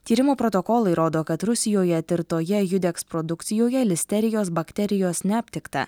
tyrimo protokolai rodo kad rusijoje tirtoje judeks produkcijoje listerijos bakterijos neaptikta